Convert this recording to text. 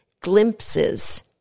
glimpses